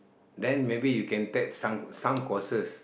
then maybe you can tap some some courses